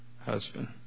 husband